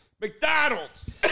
McDonald's